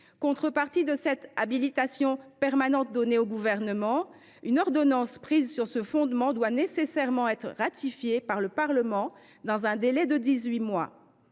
Contrepartie de cette habilitation permanente donnée au Gouvernement, une ordonnance prise sur ce fondement doit nécessairement être ratifiée par le Parlement dans un délai de dix